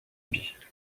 bee